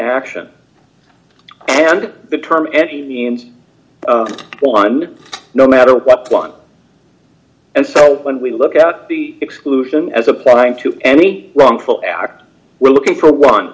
action and the term any means one no matter what one and so when we look at the exclusion as applying to any wrongful act we're looking for one